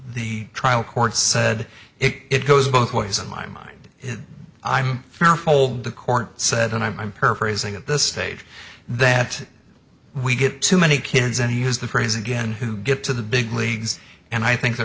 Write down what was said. the trial court said it goes both ways in my mind i'm for hold the court said and i'm paraphrasing at this stage that we get too many kids and use the phrase again who get to the big leagues and i think that